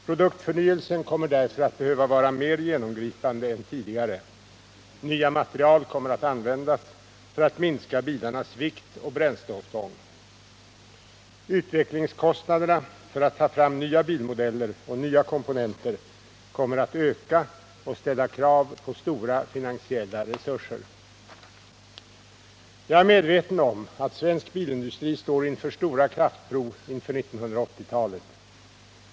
Produktförnyelsen kommer därför att behöva vara mer genomgripande än tidigare. Nya material kommer att användas för att minska bilarnas vikt och bränsleåtgång. Utvecklingskostnaderna för att ta fram nya bilmodeller och nya komponenter kommer att öka och ställa krav på stora finansiella resurser. Jag är medveten om att svensk bilindustri står inför stora kraftprov inför 1980-talet.